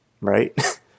Right